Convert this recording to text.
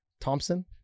Thompson